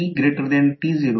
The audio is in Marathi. सर्वसाधारणपणे हे L1 L2 2 M